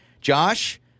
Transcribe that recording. Josh